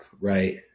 right